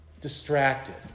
Distracted